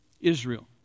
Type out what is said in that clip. Israel